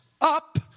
up